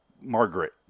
Margaret